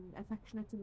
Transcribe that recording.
affectionate